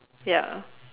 ya